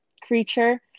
creature